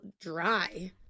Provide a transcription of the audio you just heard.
dry